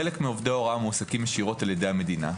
חלק מעובדי ההוראה מועסקים ישירות על ידי המדינה,